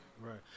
Right